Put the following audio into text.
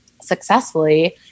successfully